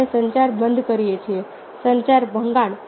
અમે સંચાર બંધ કરીએ છીએ સંચાર ભંગાણ